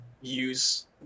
Use